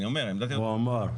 הוא אמר.